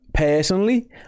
personally